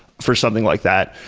for something like that.